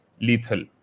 lethal